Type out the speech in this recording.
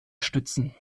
stützen